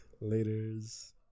Later's